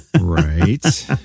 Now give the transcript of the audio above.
Right